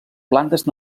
plantes